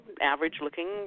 average-looking